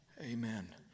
Amen